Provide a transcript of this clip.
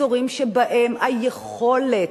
אזורים שבהם היכולת,